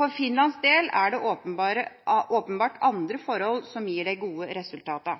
For Finlands del er det åpenbart andre forhold som gir de gode